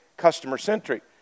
customer-centric